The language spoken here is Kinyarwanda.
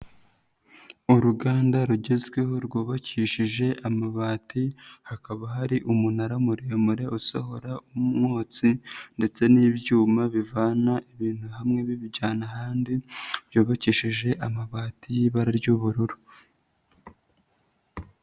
Uruganda rugezweho rwubakishije amabati, hakaba hari umunara muremure usohora umwotsi ndetse n'ibyuma bivana ibintu hamwe bibijyana ahandi, byubakishije amabati y'ibara ry'ubururu.